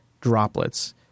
droplets